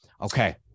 Okay